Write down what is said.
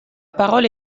parole